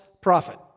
prophet